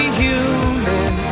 human